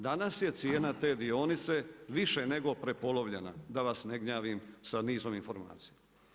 Danas je cijena te dionice, više nego prepolovljena, da vas ne gnjavim sa nizom informacija.